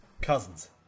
Cousins